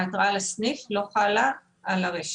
ההתראה על הסניף לא חלה על הרשת.